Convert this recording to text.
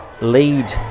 lead